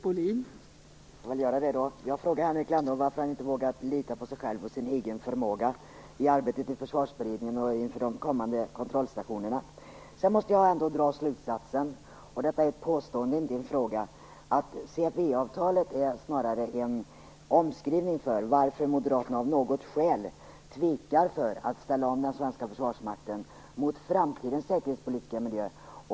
Fru talman! Jag frågade Henrik Landerholm varför han inte vågar lita på sig själv och sin egen förmåga i arbetet i Försvarsberedningen och inför de kommande kontrollstationerna. Jag måste ändå dra slutsatsen - detta är ett påstående och ingen fråga - att CFE-avtalet snarast är en omskrivning för varför Moderaterna av något skäl tvekar inför, och inte vågar ställa om, den svenska försvarsmakten mot framtidens säkerhetspolitiska miljö.